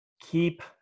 Keep